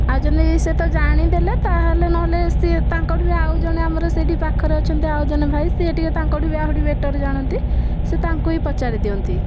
ଆଉ ଯେମିତି ସେ ତ ଜାଣିଦେଲେ ତା'ହେଲେ ନ ହେଲେ ସିଏ ତାଙ୍କଠୁ ବି ଆଉ ଜଣେ ଆମର ସେଠି ପାଖରେ ଅଛନ୍ତି ଆଉ ଜଣେ ଭାଇ ସେ ଟିକେ ତାଙ୍କଠୁ ବି ଆହୁରି ବେଟର ଜାଣନ୍ତି ସେ ତାଙ୍କୁ ହିଁ ପଚାରି ଦିଅନ୍ତି